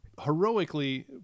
heroically